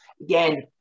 again